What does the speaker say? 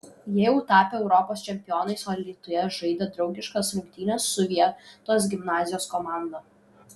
jie jau tapę europos čempionais o alytuje žaidė draugiškas rungtynes su vietos gimnazijos komanda